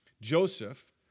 Joseph